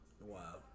Wow